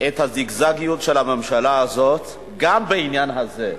את הזיגזגיות של הממשלה הזאת גם בעניין הזה.